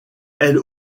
elle